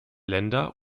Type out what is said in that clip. länder